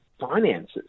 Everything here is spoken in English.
finances